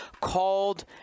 called